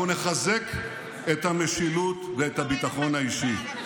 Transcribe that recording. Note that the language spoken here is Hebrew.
אנחנו נחזק את המשילות ואת הביטחון האישי.